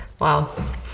wow